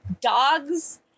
dogs